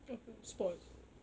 apa sports